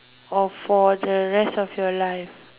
off for the rest of your life